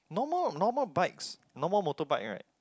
normal normal bikes normal motorbike right